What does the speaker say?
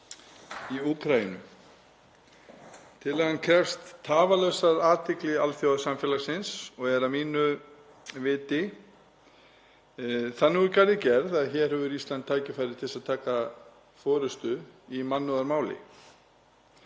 í Úkraínu. Tillagan krefst tafarlausrar athygli alþjóðasamfélagsins og er að mínu viti þannig úr garði gerð að hér hefur Ísland tækifæri til að taka forystu í mannúðarmáli.